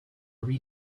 read